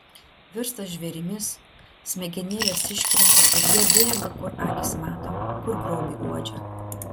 virsta žvėrimis smegenėlės iškrenta ir jie bėga kur akys mato kur grobį uodžia